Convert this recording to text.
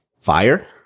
fire